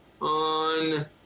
on